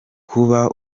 kuba